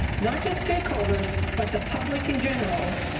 not just stakeholders but the public in general,